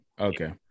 Okay